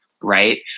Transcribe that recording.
Right